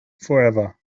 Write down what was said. forever